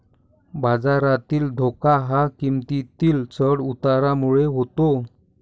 बाजारातील धोका हा किंमतीतील चढ उतारामुळे होतो